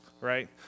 right